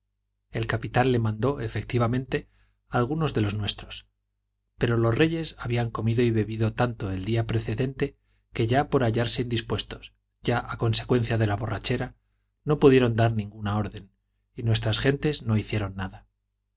el capitán le mandó efectivamente algunos de los nuestros pero los reyes habían comido y bebido tanto el día precedente que ya por hallarse indispuestos ya a consecuencia de la borrachera no pudieron dar ninguna orden y nuestras gentes no hicieron nada